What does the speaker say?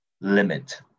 limit